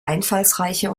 einfallsreiche